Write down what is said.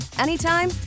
anytime